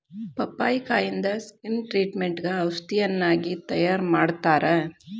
ಪಪ್ಪಾಯಿಕಾಯಿಂದ skin ಟ್ರಿಟ್ಮೇಟ್ಗ ಔಷಧಿಯನ್ನಾಗಿ ತಯಾರಮಾಡತ್ತಾರ